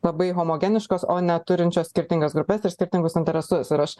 labai homogeniškos o ne turinčios skirtingas grupes ir skirtingus interesus ir aš